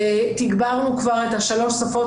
תגברנו כבר את השלוש שפות,